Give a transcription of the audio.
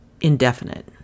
indefinite